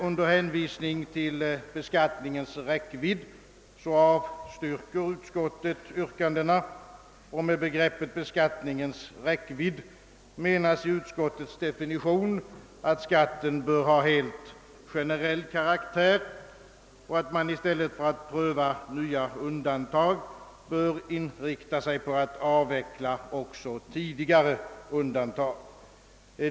Under hänvisning till beskattningens räckvidd avstyrker utskottet motionerna. Med begreppet »beskattningens räckvidd» menas enligt utskottets definition, att skatten bör ha helt generell karaktär och att man i stället för att pröva nya undantag bör inrikta sig på att avveckla tidigare undantag.